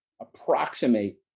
approximate